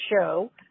show